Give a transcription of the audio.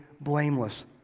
blameless